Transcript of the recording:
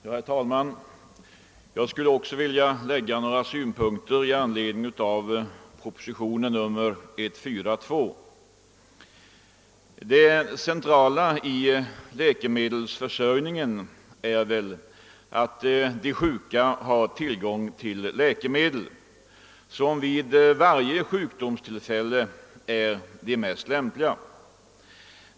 Herr talman! Jag skulle också vilja framlägga några synpunkter i anledning av propositionen 142. Det centrala i läkemedelsförsörjningen är att de sjuka har tillgång till de läkemedel som vid varje sjukdomstillfälle är de mest lämpliga.